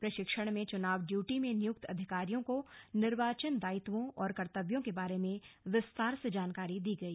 प्रशिक्षण में चुनाव ड्यूटी में नियुक्त अधिकारियों को निर्वाचन दायित्वों और कर्तव्यों के बारे में विस्तार से जानकारी दी गई